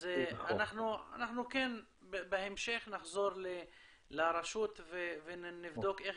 אנחנו כן בהמשך נחזור לרשות ונבדוק איך